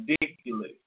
ridiculous